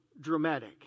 dramatic